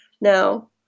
Now